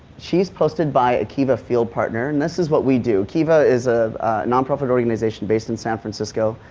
sheis posted by a kiva field partner, and this is what we do, kiva is a non-profit organization based in san francisco.